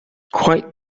quite